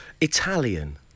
Italian